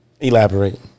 Elaborate